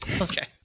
Okay